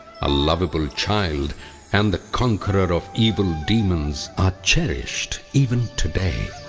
a lovable child and the conqueror of evil demons are cherished, even today.